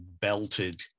belted